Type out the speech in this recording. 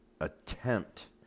attempt